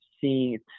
seeing